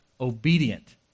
obedient